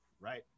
Right